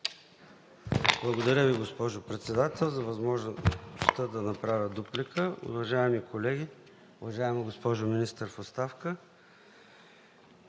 Благодаря Ви, госпожо Председател, за възможността да направя дуплика. Уважаеми колеги, уважаема госпожо Министър в оставка!